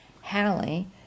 Hallie